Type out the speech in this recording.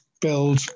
build